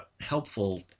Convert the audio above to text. helpful